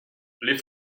les